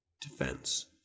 defense